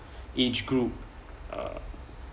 age group uh